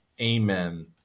Amen